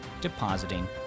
depositing